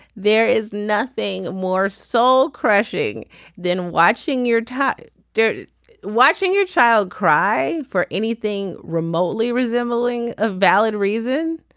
there is nothing more soul crushing than watching your tired dirty watching your child cry for anything remotely resembling a valid reason.